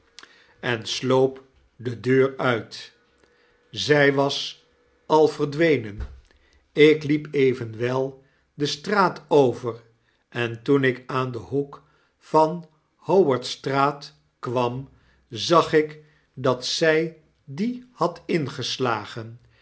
en sloop de deur uit zy was al verdwenen ik liep evenwel de straat over en toen ik aan den hoek van dehowardstraat kwam zag ik dat zy die had ingeslagen